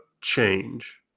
change